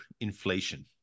inflation